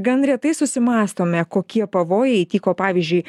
gan retai susimąstome kokie pavojai tyko pavyzdžiui